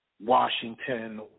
Washington